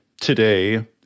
today